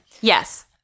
Yes